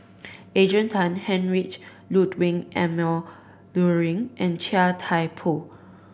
Adrian Tan Heinrich Ludwig Emil Luering and Chia Thye Poh